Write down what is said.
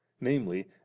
namely